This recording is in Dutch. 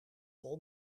vol